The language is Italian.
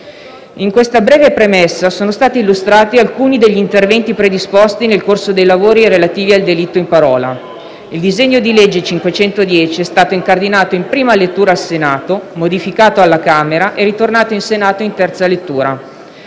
In questa breve premessa sono stati illustrati alcuni degli interventi predisposti nel corso dei lavori relativi al delitto in parola. Il disegno di legge n. 510 è stato incardinato in prima lettura al Senato, modificato alla Camera e ritornato in Senato in terza lettura.